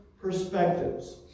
perspectives